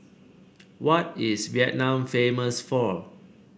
what is Vietnam famous for